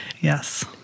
yes